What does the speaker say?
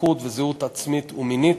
פתיחות וזהות עצמית ומינית,